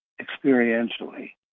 experientially